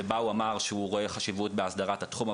שבה הוא אמר שהוא רואה חשיבות בהסדרת התחום,